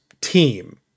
team